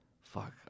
fuck